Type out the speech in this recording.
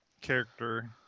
Character